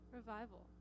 Revival